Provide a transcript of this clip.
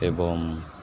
ଏବଂ